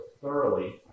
thoroughly